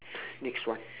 next one